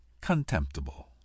contemptible